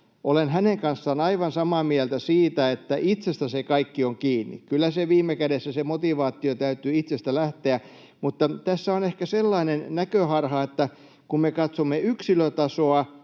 Olen hänen kanssaan aivan samaa mieltä siitä, että itsestä se kaikki on kiinni. Kyllä viime kädessä se motivaatio täytyy itsestä lähteä, mutta tässä on ehkä sellainen näköharha, että kun me katsomme yksilötasoa